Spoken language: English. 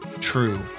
true